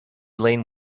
lane